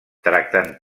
tractant